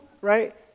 right